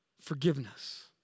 forgiveness